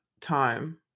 time